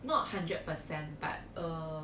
not hundred percent but uh